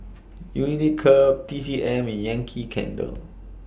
Unicurd T C M Yankee Candle